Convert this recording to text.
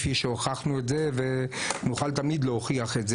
כפי שהוכחנו את זה ונוכל תמיד להוכיח את זה